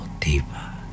deeper